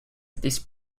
these